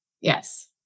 Yes